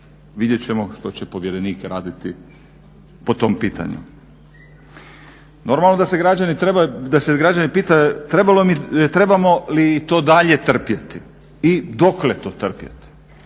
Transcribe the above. Vidjet ćemo što će povjerenik raditi po tom pitanju. Normalno da se građane pita trebamo li to dalje trpjeli i dokle to trpjeti?